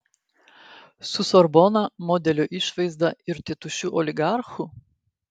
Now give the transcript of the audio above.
su sorbona modelio išvaizda ir tėtušiu oligarchu